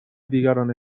دیگران